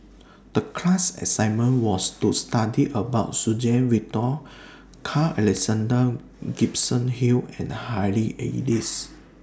The class assignment was to study about Suzann Victor Carl Alexander Gibson Hill and Harry Elias